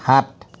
সাত